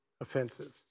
Offensive